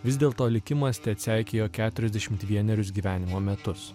vis dėlto likimas atseikėjo keturiasdešimt vienerius gyvenimo metus